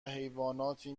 حیواناتی